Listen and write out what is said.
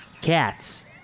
cats